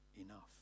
enough